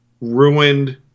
ruined